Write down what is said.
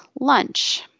lunch